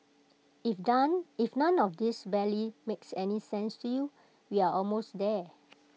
if done if none of this barely makes any sense to you we are almost there